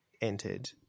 entered